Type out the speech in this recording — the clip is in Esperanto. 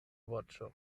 voĉo